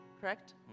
correct